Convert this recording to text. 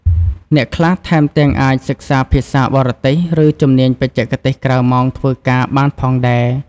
អ្នកខ្លះថែមទាំងអាចសិក្សាភាសាបរទេស ឬជំនាញបច្ចេកទេសក្រៅម៉ោងធ្វើការបានផងដែរ។